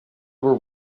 were